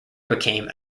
became